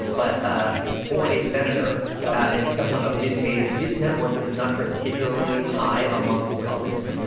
but ah for a senator and someone of his age, his net worth is not particularly high among his colleagues.